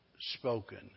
spoken